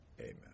amen